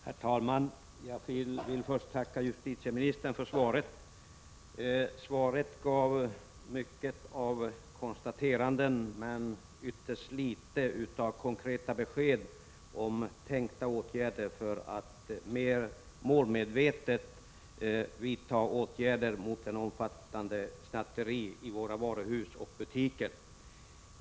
Herr talman! Jag vill först tacka justitieministern för svaret. I svaret gavs många konstateranden men ytterst litet av konkreta besked om tänkta åtgärder för att mer målmedvetet komma till rätta med det omfattande snatteriet i varuhus och butiker.